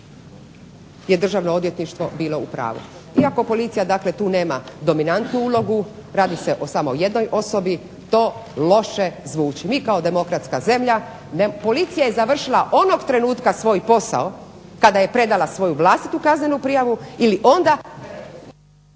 je Državno odvjetništvo bilo u pravo. Iako tu policija nema dominantnu ulogu radi se o samo jednoj osobi, to loše zvuči. Mi kao demokratska zemlja policija je završila onog trenutka svoj posao kada je predala svoju vlastitu kaznenu prijavu ili onda